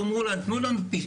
הם ביקשו: תנו לנו פנקסים,